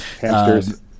Hamsters